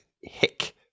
Hick